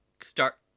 start